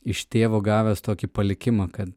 iš tėvo gavęs tokį palikimą kad